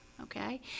Okay